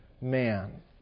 man